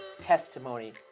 testimony